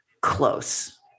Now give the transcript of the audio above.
close